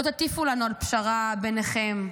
לא תטיפו לנו על פשרה ביניכם.